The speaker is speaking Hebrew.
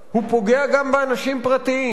הוא פוגע גם באנשים פרטיים.